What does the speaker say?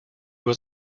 was